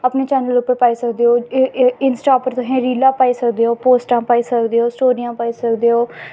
अपने चैनल उप्पर पाई सकदे ओ एह् एह् इंस्टा उप्पर तुस रीलां पाई सकदे ओ पोस्टां पाई सकदे ओ स्टोरियां पाई सकदे ओ